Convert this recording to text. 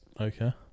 Okay